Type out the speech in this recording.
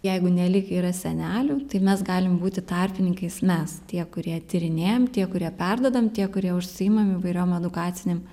jeigu ne lyg yra senelių tai mes galim būti tarpininkais mes tie kurie tyrinėjam tie kurie perduodam tie kurie užsiimam įvairiom edukacinėm